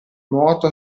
nuoto